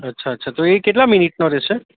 અચ્છા અચ્છા તો એ કેટલા મિનિટનો રહેશે